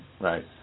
Right